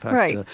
right,